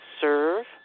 serve